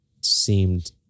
seemed